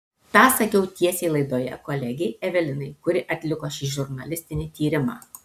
tą sakiau tiesiai laidoje kolegei evelinai kuri atliko šį žurnalistinį tyrimą